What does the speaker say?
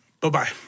Bye-bye